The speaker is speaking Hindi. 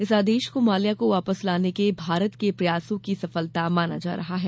इस आदेश को माल्या को वापस लाने के भारत के प्रयासों की सफलता माना जा रहा है